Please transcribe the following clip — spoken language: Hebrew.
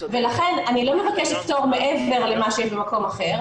ולכן אני לא מבקשת פטור מעבר למה שיש במקום אחר,